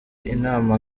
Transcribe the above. inama